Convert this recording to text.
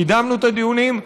קידמנו את הדיונים,